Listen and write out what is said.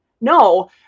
No